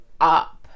up